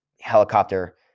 helicopter